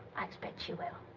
i expect she will.